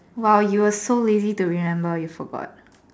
!wow! you are so lazy to remember you forgot